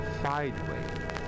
sideways